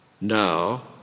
Now